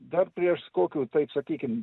dar prieš kokių taip sakykim